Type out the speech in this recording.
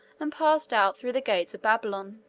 and passed out through the gates of babylon.